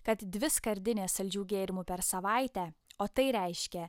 kad dvi skardinės saldžių gėrimų per savaitę o tai reiškia